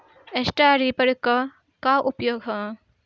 Straw reaper क का उपयोग ह?